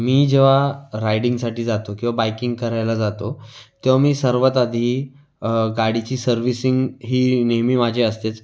मी जेव्हा रायडिंगसाठी जातो किंवा बायकिंग करायला जातो तेव्हा मी सर्वात आधी गाडीची सर्व्हिसिंग ही नेहमी माझी असतेच